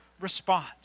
response